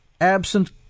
absent